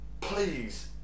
please